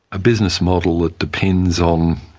a business model that depends on,